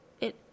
It